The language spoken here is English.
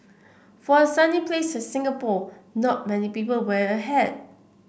for a sunny place Singapore not many people wear a hat